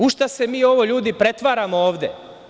U šta se ovo mi ljudi pretvaramo ovde?